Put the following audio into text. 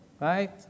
right